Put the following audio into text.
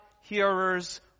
hearers